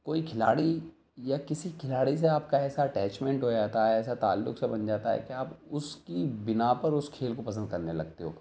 کوئی کھلاڑی یا کسی کھلاڑی سے آپ کا ایسا اٹیچمینٹ ہو جاتا ہے ایسا تعلق سا بن جاتا ہے کہ آپ اس کی بنا پر اس کھیل کو پسند کرنے لگتے ہو